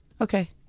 Okay